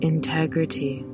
Integrity